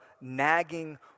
nagging